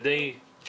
אבל בהחלט יצאו